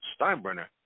Steinbrenner